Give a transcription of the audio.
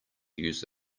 use